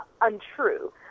untrue